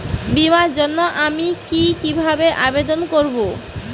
বিমার জন্য আমি কি কিভাবে আবেদন করব?